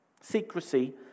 Secrecy